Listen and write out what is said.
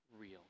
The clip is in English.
real